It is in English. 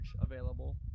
available